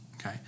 okay